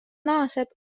naaseb